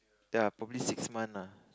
ya probably six month ah